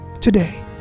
today